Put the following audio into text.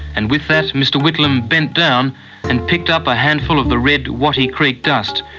and with that, mr whitlam bent down and picked up a handful of the red wattie creek dust,